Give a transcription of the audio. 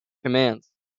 commands